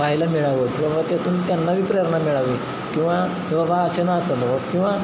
पाहिलं मिळावं बबा त्यातून त्यांना प्रेरणा मिळावे किंवा बाबा असे ना सर्व किंवा